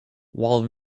while